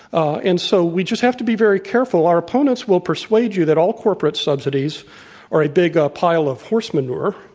and so we just have to be very careful. our opponents will persuade you that all corporate subsidies are a big pile of horse manure,